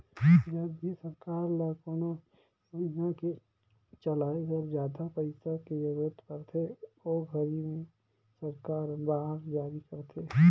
जब भी सरकार ल कोनो योजना के चलाए घर जादा पइसा के जरूरत परथे ओ घरी में सरकार बांड जारी करथे